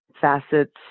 facets